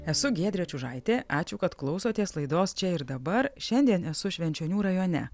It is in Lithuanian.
esu giedrė čiužaitė ačiū kad klausotės laidos čia ir dabar šiandien esu švenčionių rajone